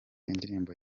indirimbo